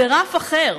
זה רף אחר.